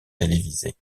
télévisées